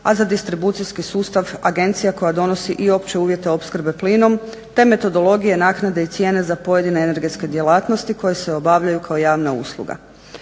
a za distribucijski sustav agencija koja donosi i opće uvjete opskrbe plinom te metodologije naknade i cijene za pojedine energetske djelatnosti koje se obavljaju kao javna usluga.